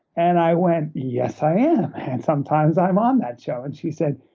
and i went, yes, i am, and sometimes i'm on that show. and she said,